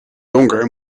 donker